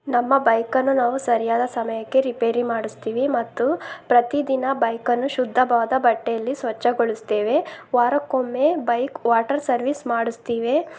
ನಮ್ಮ ಬೈಕನ್ನು ನಾವು ಸರಿಯಾದ ಸಮಯಕ್ಕೆ ರಿಪೇರಿ ಮಾಡಿಸ್ತೀವಿ ಮತ್ತು ಪ್ರತಿದಿನ ಬೈಕನ್ನು ಶುದ್ಧವಾದ ಬಟ್ಟೆಯಲ್ಲಿ ಸ್ವಚ್ಛಗೊಳಿಸ್ತೇವೆ ವಾರಕ್ಕೊಮ್ಮೆ ಬೈಕ್ ವಾಟರ್ ಸರ್ವಿಸ್ ಮಾಡಸ್ತೇವೆ